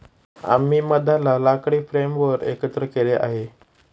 आम्ही मधाला लाकडी फ्रेमवर एकत्र केले आहे